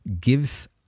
gives